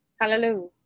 Hallelujah